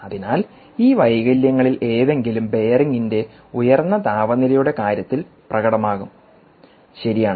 അതിനാൽ ഈ വൈകല്യങ്ങളിൽ ഏതെങ്കിലും ബെയറിംഗിൻറെ ഉയർന്ന താപനിലയുടെ കാര്യത്തിൽ പ്രകടമാകും ശരിയാണ്